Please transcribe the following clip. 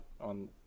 on